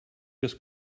just